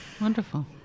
wonderful